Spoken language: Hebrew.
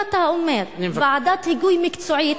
אם אתה אומר "ועדת היגוי מקצועית",